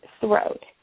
throat